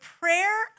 prayer